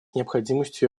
необходимостью